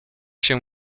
się